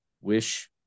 wish